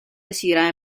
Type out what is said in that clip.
decidirà